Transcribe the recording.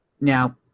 Now